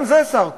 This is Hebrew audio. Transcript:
גם זה שר כושל.